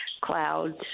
clouds